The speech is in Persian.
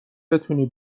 بتونی